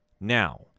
Now